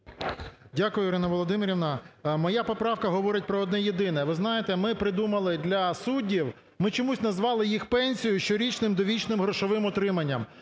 Дякую, Ірина Володимирівна. Моя поправка говорить про одне єдине, ви знаєте, ми придумали для суддів, ми чомусь назвали їх пенсію щорічним довічним грошовим утриманням.